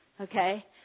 Okay